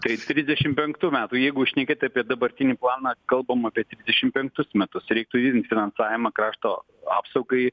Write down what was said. tai trisdešimt penktų metų jeigu šnekėt apie dabartinį planą kalbam apie trisdešimt penktus metus reiktų inv finansavimą krašto apsaugai